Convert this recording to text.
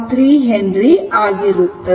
3 Henry ಆಗಿರುತ್ತದೆ